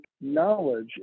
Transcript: knowledge